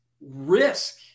risk